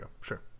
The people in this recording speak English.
Sure